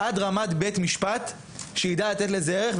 עד בית משפט, שיידע לתת לזה ערך.